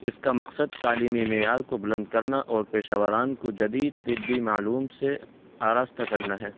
اس کا مقصد تعلیمی معیار کو بلند کرنا اور پیشہ وران کو جدید طبی معلوم سے آراستہ کرنا ہے